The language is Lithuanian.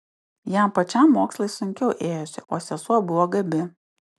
jam pačiam mokslai sunkiau ėjosi o sesuo buvo gabi